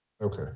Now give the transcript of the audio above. okay